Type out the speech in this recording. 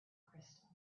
crystal